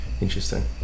interesting